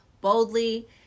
boldly